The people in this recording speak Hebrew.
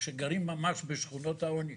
שגרים ממש בשכונות העוני,